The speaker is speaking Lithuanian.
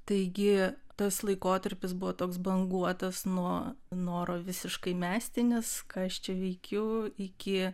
taigi tas laikotarpis buvo toks banguotas nuo noro visiškai mesti nes ką aš čia veikiu iki